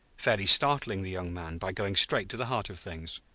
fairly startling the young man by going straight to the heart of things.